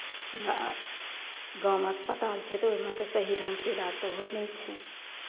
हमरा गाँवमे अस्पताल छै तऽ ओहिमे तऽ सही ढङ्गसँ इलाज तऽ होइ नहि छै